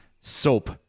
soap